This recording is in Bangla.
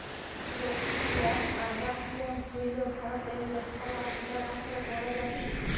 গসিপিয়াম আরবাসিয়াম হ্যইল ভারতেল্লে পাউয়া তুলার আসল পরজাতি